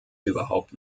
überhaupt